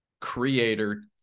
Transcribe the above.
creator